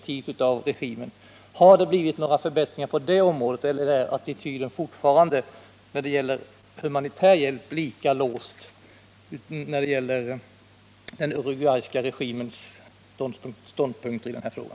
Jag vill nu fråga utrikesministern om det blivit några förbättringar på det här området eller om attityden när det gäller humanitär hjälp är lika låst som tidigare från den uruguayska regimens sida.